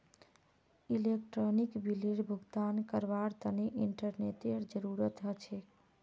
electronic बिलेर भुगतान करवार तने इंटरनेतेर जरूरत ह छेक